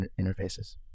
interfaces